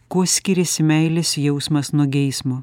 kuo skiriasi meilės jausmas nuo geismo